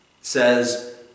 says